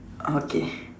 okay